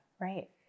Right